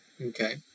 Okay